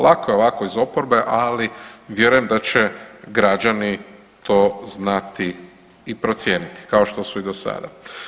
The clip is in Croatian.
Lako je ovako iz oporbe, ali vjerujem da će građani to znati i procijeniti kao što su i do sada.